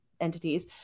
entities